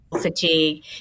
fatigue